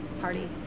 party